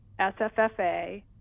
SFFA